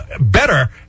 better